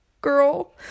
girl